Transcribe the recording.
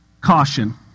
caution